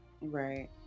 Right